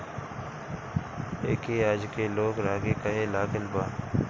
एके आजके लोग रागी कहे लागल बा